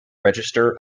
register